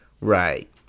Right